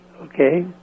Okay